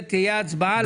כדי שיהיה שם עברי יותר.